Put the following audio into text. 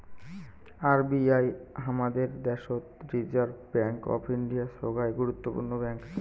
RBI হামাদের দ্যাশোত reserve bank of India, সোগায় গুরুত্বপূর্ণ ব্যাঙ্ক